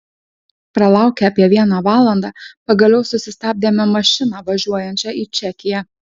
pralaukę apie vieną valandą pagaliau susistabdėme mašiną važiuojančią į čekiją